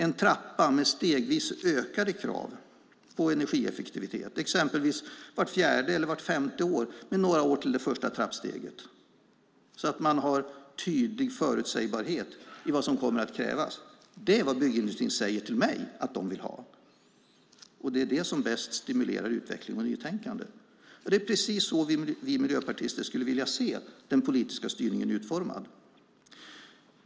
En trappa med stegvis ökade krav på energieffektivitet, exempelvis vart fjärde eller femte år och med några år till det första trappsteget så att man har en tydlig förutsägbarhet i vad som kommer att krävas, det är vad byggindustrin säger till mig att de vill ha. Det är det som bäst stimulerar utveckling och nytänkande. Det är precis så vi miljöpartister skulle vilja se den politiska styrningen utformad.